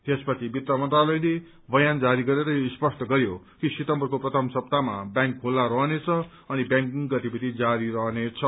यसपछि वित्त मन्त्रालयले बयान जारी गरेर यो स्पष्ट गरयो कि सितम्बरको प्रथम सप्ताहमा ब्यांक खुला रहनेछ अनि ब्यांकिंग गतिविधि जारी रहनेछ